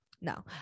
No